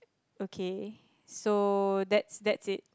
okay so that's that's it